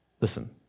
Listen